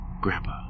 Grandpa